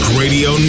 radio